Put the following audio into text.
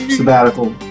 Sabbatical